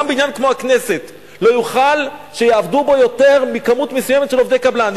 גם בניין כמו הכנסת לא יוכל שיעבדו בו יותר מכמות מסוימת של עובדי קבלן,